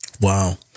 Wow